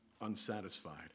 unsatisfied